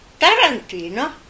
Tarantino